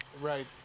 Right